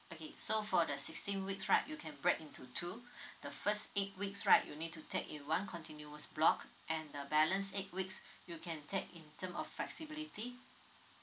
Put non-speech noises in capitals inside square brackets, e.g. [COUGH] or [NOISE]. okay so for the sixteen weeks right you can break into two [BREATH] the first eight weeks right you need to take in one continuous block and the balance eight weeks you can take in term of flexibility